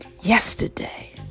yesterday